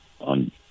on